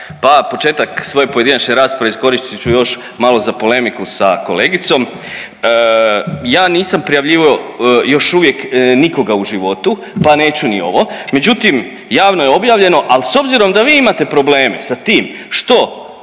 Pa početak svoje pojedinačne rasprave iskoristit ću još malo za polemiku sa kolegicom. Ja nisam prijavljivao još uvijek nikoga u životu, pa neću ni ovo, međutim javno je objavljeno, al s obzirom da vi imate probleme sa tim što